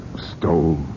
stole